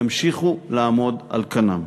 ימשיכו לעמוד על כנם.